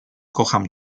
kocham